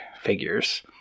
figures